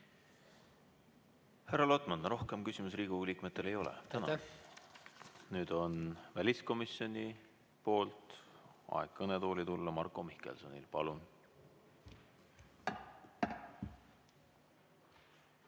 Härra Lotman, rohkem küsimusi Riigikogu liikmetel ei ole. Nüüd on väliskomisjoni nimel aeg kõnetooli tulla Marko Mihkelsonil. Palun!